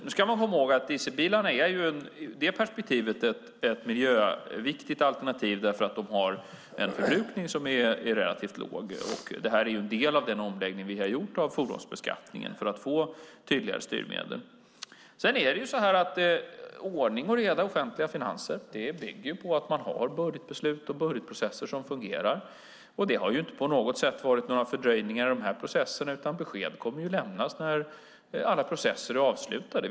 Nu ska man komma ihåg att dieselbilar i det perspektivet är ett miljöviktigt alternativ därför att de har en förbrukning som är relativt låg. Detta är en del av den omläggning vi har gjort av fordonsbeskattningen för att få tydligare styrmedel. Ordning och reda i offentliga finanser bygger på att man har budgetbeslut och budgetprocesser som fungerar. Det har inte på något sätt varit några fördröjningar i de här processerna, utan besked kommer att lämnas när alla processer är avslutade.